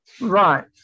Right